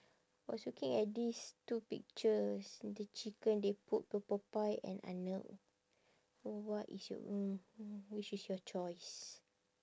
was looking at these two pictures the chicken they put the popeye and arnold so what is your mm mm which is your choice